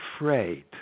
afraid